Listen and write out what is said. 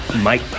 Mike